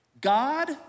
God